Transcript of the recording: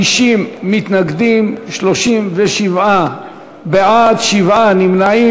50 מתנגדים, 37 בעד, שבעה נמנעים.